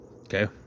Okay